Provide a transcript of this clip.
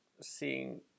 seeing